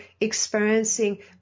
experiencing